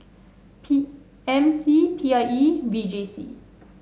P M C P I E V J C